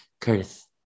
Curtis